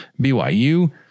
BYU